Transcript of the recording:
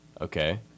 Okay